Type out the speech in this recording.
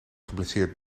geblesseerd